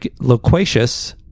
Loquacious